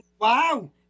Wow